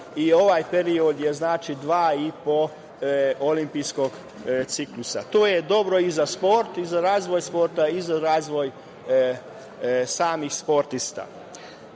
i ovaj period je dva i po olimpijska ciklusa. To je dobro i za sport, za razvoj sporta i za razvoj samih sportista. Kao